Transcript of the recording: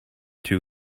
two